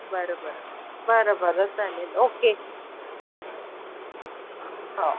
बरं बरं बरं बरं चालेल ओके हो